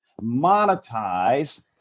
monetize